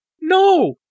No